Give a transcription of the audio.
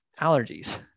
allergies